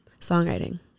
Songwriting